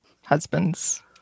husbands